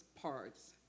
parts